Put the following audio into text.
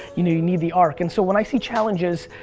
you know, you need the arc and so when i see challenges,